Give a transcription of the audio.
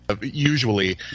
Usually